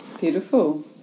Beautiful